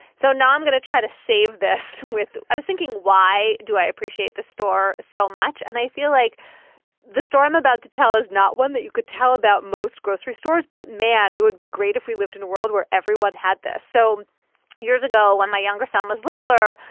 so now i'm going to try to save this with. i was thinking, why do i appreciate the store so much? and i feel like the store i'm about to tell is not one that you could tell about most grocery stores. but, man, it would be great if we lived in a world where everyone had this. so years ago, when my younger son was littler,